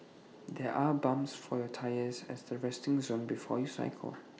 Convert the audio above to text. there are pumps for your tyres at the resting zone before you cycle